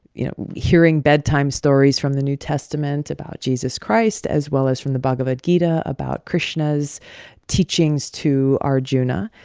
you know, hearing bedtime stories from the new testament about jesus christ as well as from the bhagavad-gita about krishna's teachings to arjuna.